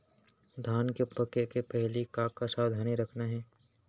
धान के पके के पहिली का का सावधानी रखना हे?